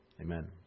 Amen